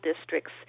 districts